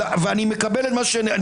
ואני מקבל את מה שאמר,